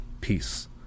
Peace